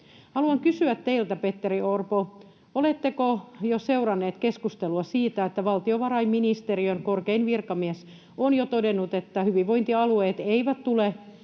Haluan kysyä teiltä, Petteri Orpo: oletteko jo seurannut keskustelua siitä, että valtiovarainministeriön korkein virkamies on jo todennut, että hyvinvointialueet eivät tule